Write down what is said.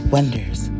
Wonders